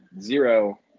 zero